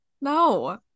No